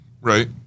right